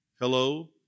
hello